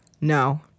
No